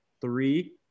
three